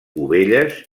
ovelles